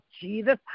Jesus